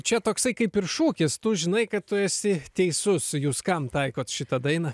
čia toksai kaip ir šūkis tu žinai kad tu esi teisus jūs kam taikot šitą dainą